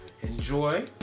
Enjoy